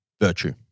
virtue